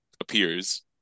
appears